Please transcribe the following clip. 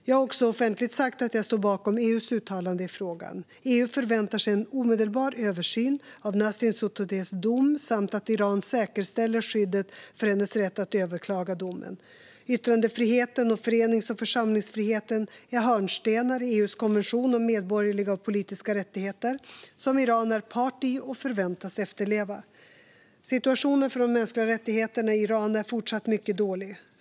Jag har också offentligt sagt att jag står bakom EU:s uttalande i frågan. EU förväntar sig en omedelbar översyn av Nasrin Sotoudehs dom samt att Iran säkerställer skyddet för hennes rätt att överklaga domen. Yttrandefriheten och förenings och församlingsfriheten är hörnstenar i FN:s konvention om medborgerliga och politiska rättigheter, som Iran är part i och förväntas efterleva. Situationen för de mänskliga rättigheterna i Iran är fortsatt mycket dålig.